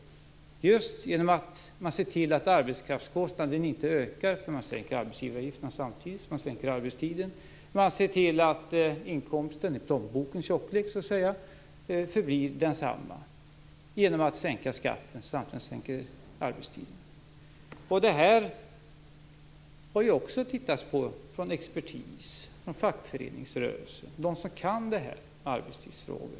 Det får man just genom att se till att arbetskraftskostnaden inte ökar, eftersom man sänker arbetsgivaravgifterna samtidigt som man sänker arbetstiden. Man ser till att inkomsten, dvs. plånbokens tjocklek, förblir densamma genom att sänka skatten samtidigt som man sänker arbetstiden. Detta har också tittats på från expertis, från fackföreningsrörelsen och från de som kan detta med arbetslivsfrågor.